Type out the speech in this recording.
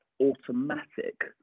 automatic